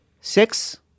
six